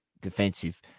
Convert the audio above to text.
defensive